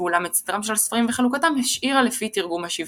ואולם את סדרם של הספרים וחלוקתם השאירה לפי תרגום השבעים.